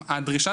הדרישה